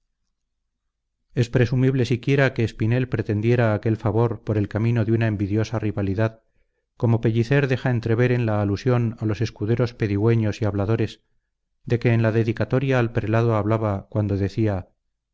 es presumible siquiera que espinel pretendiera aquel favor por el camino de una envidiosa rivalidad como pellicer deja entrever en la alusión a los escuderos pedigüeños y habladores de que en la dedicatoria al prelado hablaba cuando decía